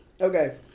Okay